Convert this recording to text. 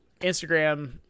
Instagram